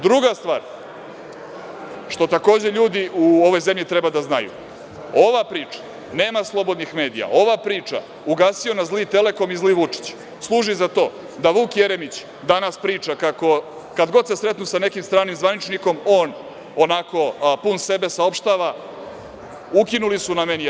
Druga stvar, što takođe ljudi u ovoj zemlji treba da znaju, ova priča nema slobodnih medija, ova priča – ugasio nas zli „Telekom“ i zli Vučić, služi za to da Vuk Jeremić danas priča kako, kad god se sretnu sa nekim stranim zvaničnikom, on onako pun sebe saopštava – ukinuli su nam „N1“